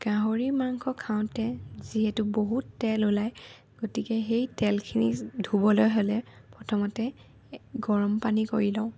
গাহৰি মাংস খাওঁতে যিহেতু বহুত তেল ওলায় গতিকে সেই তেলখিনি ধুবলৈ হ'লে প্ৰথমতে গৰম পানী কৰি লওঁ